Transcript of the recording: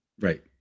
Right